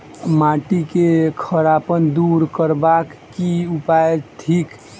माटि केँ खड़ापन दूर करबाक की उपाय थिक?